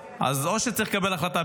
צריך לקבל החלטה.